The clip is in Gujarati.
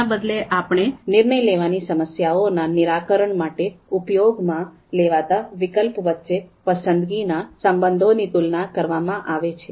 તેના બદલે આપણે નિર્ણય લેવાની સમસ્યાઓના નિરાકરણ માટે ઉપયોગમાં લેવાતા વિકલ્પો વચ્ચે પસંદગીના સંબંધોની તુલના કરવા માં આવે છે